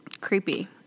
Creepy